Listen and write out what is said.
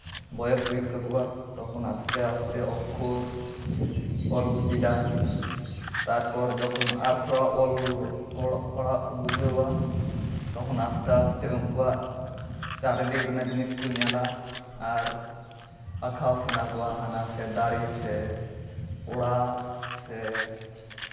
ᱵᱚᱭᱮᱥ ᱦᱩᱭᱩᱜ ᱛᱟᱠᱚᱣᱟ ᱛᱚᱠᱷᱚᱱ ᱟᱥᱛᱮ ᱟᱥᱛᱮ ᱚᱠᱠᱷᱚᱨ ᱚᱞ ᱠᱚ ᱪᱮᱫᱟ ᱛᱟᱨᱯᱚᱨ ᱡᱚᱠᱷᱚᱱ ᱟᱨ ᱛᱷᱚᱲᱟ ᱚᱞ ᱚᱞᱚᱜ ᱯᱟᱲᱦᱟᱜ ᱠᱚ ᱵᱩᱡᱷᱟᱹᱣᱟ ᱛᱚᱠᱷᱚᱱ ᱟᱥᱛᱮ ᱟᱥᱛᱮ ᱩᱱᱠᱩᱣᱟᱜ ᱪᱟᱹᱨᱤ ᱫᱤᱠ ᱨᱮᱱᱟᱜ ᱡᱤᱱᱤᱥ ᱠᱚ ᱧᱮᱞᱟ ᱟᱨ ᱟᱸᱠᱟᱣ ᱥᱟᱱᱟ ᱠᱚᱣᱟ ᱦᱟᱱᱟ ᱥᱮ ᱫᱟᱨᱮ ᱥᱮ ᱚᱲᱟᱜ ᱥᱮ